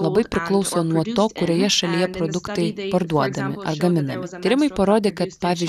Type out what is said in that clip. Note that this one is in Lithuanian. labai priklauso nuo to kurioje šalyje produktai parduodami ar gaminami tyrimai parodė kad pavyž